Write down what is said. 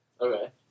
Okay